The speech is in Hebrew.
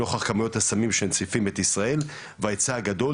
לאור כמויות הסמים שמציפים את ישראל וההיצע הגדול,